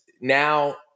now